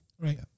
Right